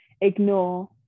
ignore